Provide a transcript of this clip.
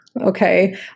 Okay